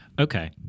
Okay